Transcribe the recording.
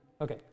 Okay